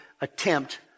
attempt